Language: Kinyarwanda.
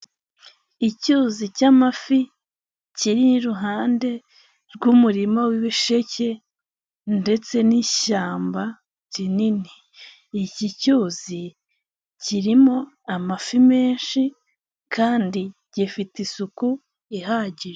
Icyuzi cy'amafi kiri iruhande rw'umurima w'ibisheke ndetse n'ishyamba rinini. Iki cyuzi kirimo amafi menshi kandi gifite isuku ihagije.